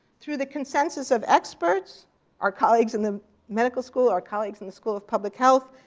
through the consensus of experts our colleagues in the medical school, our colleagues in the school of public health,